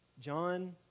John